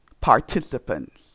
participants